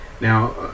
now